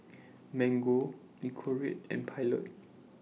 Mango Nicorette and Pilot